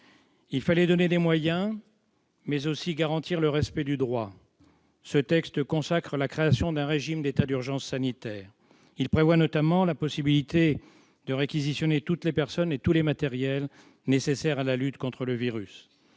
Il fallait nous donner des moyens, mais aussi garantir le respect du droit. Ce texte consacre la création d'un régime d'état d'urgence sanitaire, prévoyant notamment la possibilité de réquisitionner toutes les personnes et tous les matériels nécessaires à la lutte contre le virus.